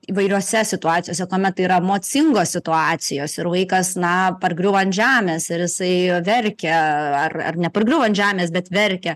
įvairiose situacijose kuomet yra emocingos situacijos ir vaikas na pargriuvo ant žemės ir jisai verkia ar ar nepargriuvo ant žemės bet verkia